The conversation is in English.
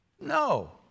No